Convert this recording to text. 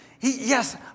Yes